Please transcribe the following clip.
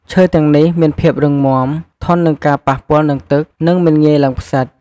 ឈើទាំងនេះមានភាពរឹងមាំ ធន់នឹងការប៉ះពាល់នឹងទឹក និងមិនងាយឡើងផ្សិត។